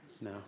No